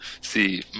see